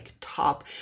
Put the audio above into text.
top